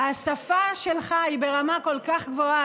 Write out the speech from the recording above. השפה שלך היא באמת ברמה כל כך גבוהה,